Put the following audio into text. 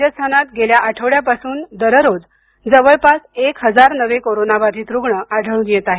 राजस्थानात गेल्या आठवड्यापासून दररोज जवळपास एक हजार नवे कोरोना बाधित रुग्ण आढळून येत आहेत